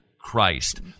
Christ